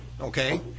Okay